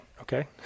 okay